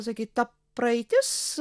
sakyt ta praeitis